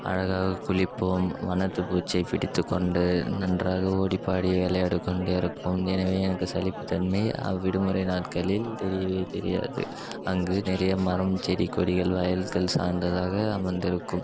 அழகாகக் குளிப்போம் வண்ணத்துப்பூச்சியை பிடித்துக் கொண்டு நன்றாக ஓடிப் பாடி விளையாடிக் கொண்டிருக்கும் எனவே எனக்கு சலிப்புத் தன்மை அவ்விடுமுறை நாட்களில் தெரியவே தெரியாது அங்கு நிறைய மரம் செடி கொடிகள் வயல்கள் சார்ந்ததாக அமர்ந்திருக்கும்